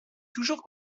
toujours